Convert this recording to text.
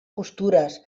costures